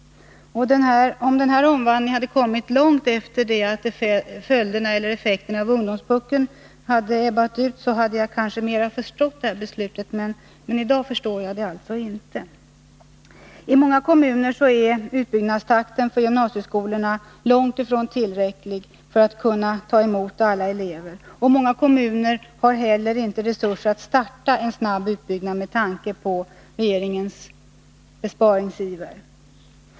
Om denna omvandling hade kommit långt efter det att effekterna av ungdomspuckeln ebbat ut, hade jag kanske bättre förstått detta beslut — men i dag förstår jag det alltså inte. I många kommuner är utbyggnadstakten för gymnasieskolorna långt ifrån tillräcklig för att man skall kunna ta emot alla elever. Många kommuner har inte heller resurser för att starta en snabb utbyggnad, med tanke på regeringens besparingsiver.